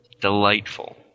delightful